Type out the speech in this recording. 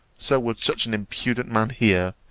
so would such an impudent man here,